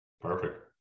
Perfect